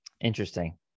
Interesting